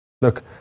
Look